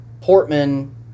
Portman